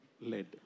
led